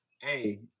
hey